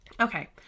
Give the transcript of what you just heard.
Okay